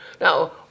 Now